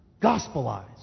gospelized